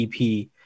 EP